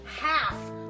half